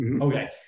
Okay